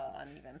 uneven